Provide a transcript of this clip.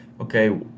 okay